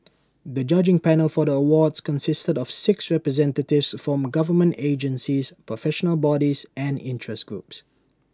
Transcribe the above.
the judging panel for the awards consisted of six representatives from government agencies professional bodies and interest groups